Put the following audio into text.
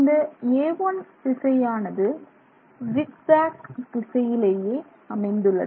இந்த a1 திசையானது zigzag திசையிலேயே அமைந்துள்ளது